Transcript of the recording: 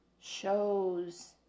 shows